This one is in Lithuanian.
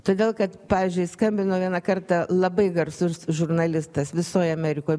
todėl kad pavyzdžiui skambino vieną kartą labai garsus žurnalistas visoj amerikoj